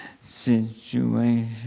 situation